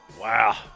Wow